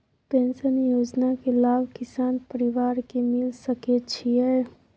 Pension योजना के लाभ किसान परिवार के मिल सके छिए?